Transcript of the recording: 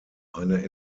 eine